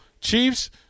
chiefs